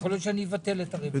יכול להיות שאבטל את הרביזיה.